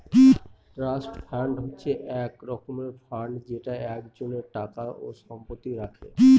trust fund হচ্ছে এক রকমের ফান্ড যেটা একজনের টাকা ও সম্পত্তি রাখে